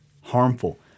Harmful